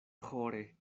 ĥore